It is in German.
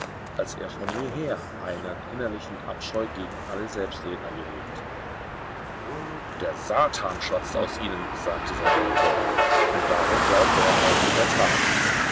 als er von jeher einen innerlichen abscheu gegen alle selbstredner gehegt der satan schwatzt aus ihnen sagte sein rektor und daran glaubte er auch in der tat